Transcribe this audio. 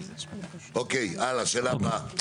אוקיי, הלאה, שאלה הבאה.